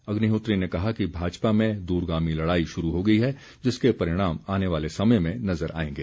अग्निहोत्री ने कहा कि भाजपा में दूरगामी लड़ाई शुरू हो गई है जिसके परिणाम आने वाले समय में नज़र आएंगे